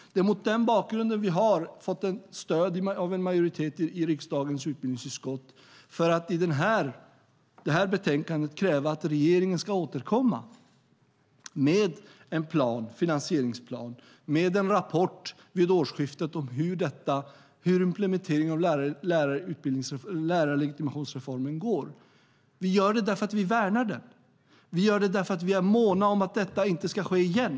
Det är mot denna bakgrund som vi har fått ett stöd från en majoritet i riksdagens utbildningsutskott för att i detta betänkande kräva att regeringen ska återkomma med en finansieringsplan och med en rapport vid årsskiftet om hur implementeringen av lärarlegitimationsreformen går. Vi gör det därför att vi värnar om den. Vi gör det därför att vi är måna om att detta inte ska ske igen.